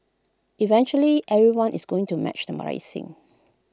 eventually everyone is going to match the